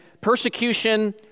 persecution